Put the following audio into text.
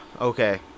okay